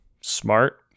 smart